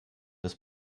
des